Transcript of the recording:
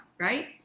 right